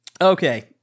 Okay